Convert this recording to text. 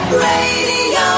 Radio